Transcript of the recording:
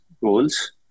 goals